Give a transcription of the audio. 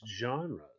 genres